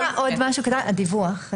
יש עוד משהו לעניין הדיווח.